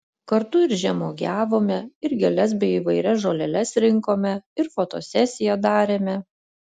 kartu ir žemuogiavome ir gėles bei įvairias žoleles rinkome ir fotosesiją darėme